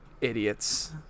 idiots